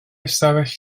ystafell